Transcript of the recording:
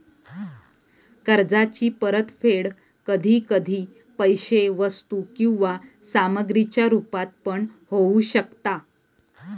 कर्जाची परतफेड कधी कधी पैशे वस्तू किंवा सामग्रीच्या रुपात पण होऊ शकता